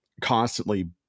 constantly